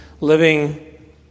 living